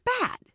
bad